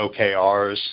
OKRs